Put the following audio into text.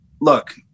look